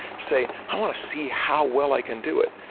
say, i want to see how well i can do it.